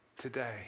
today